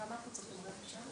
כמה אנחנו צריכים, רבע שעה?